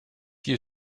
you